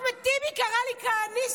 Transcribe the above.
אחמד טיבי קרא לי כהניסטית,